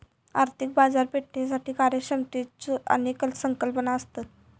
आर्थिक बाजारपेठेसाठी कार्यक्षमतेच्यो अनेक संकल्पना असत